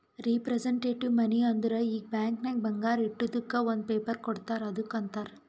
representative money ಅಂದುರ್ ಈಗ bank ನಾಗ್ ಬಂಗಾರ ಇಟ್ಟಿದುಕ್ ಒಂದ್ ಪೇಪರ್ ಕೋಡ್ತಾರ್ ಅದ್ದುಕ್ ಅಂತಾರ್